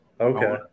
Okay